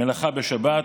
מלאכה בשבת,